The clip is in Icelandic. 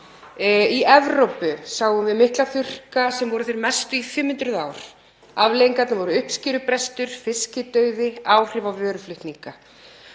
Í Evrópu voru miklir þurrkar, þeir mestu í 500 ár. Afleiðingarnar voru uppskerubrestur, fiskidauði, áhrif á vöruflutninga.